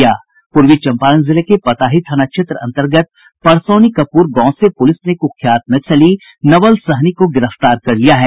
पूर्वी चम्पारण जिले के पताही थाना क्षेत्र अन्तर्गत परसौनी कपूर गांव से पुलिस ने कुख्यात नक्सली नवल सहनी को गिरफ्तार कर लिया है